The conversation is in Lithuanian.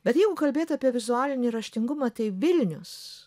bet jeidu kalbėt apie vizualinį raštingumą tai vilnius